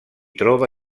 troba